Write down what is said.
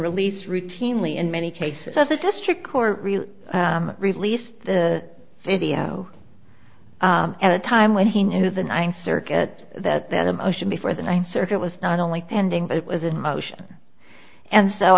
released routinely in many cases as a district court released the video at a time when he knew the ninth circuit that then a motion before the ninth circuit was not only pending but it was in motion and so